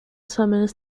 summers